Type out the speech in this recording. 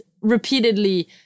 repeatedly